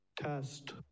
test